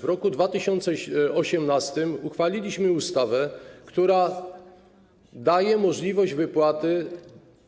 W roku 2018 uchwaliliśmy ustawę, która daje możliwość wypłaty